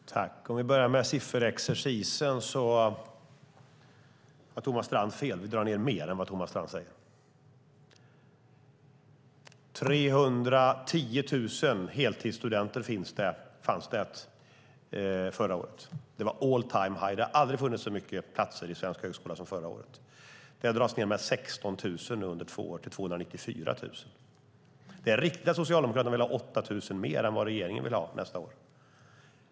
Fru talman! Vi kan börja med sifferexercisen. Thomas Strand har fel. Vi drar ned mer än vad Thomas Strand säger. Det fanns 310 000 heltidsstudenter förra året. Det var all time high. Det har aldrig funnits så många platser i svensk högskola som förra året. Det här dras ned med 16 000 under två år, till 294 000. Det är riktigt att Socialdemokraterna vill ha 8 000 fler än vad regeringen vill ha nästa år.